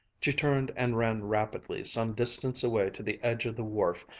she turned and ran rapidly some distance away to the edge of the wharf,